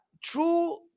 true